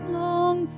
long